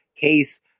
case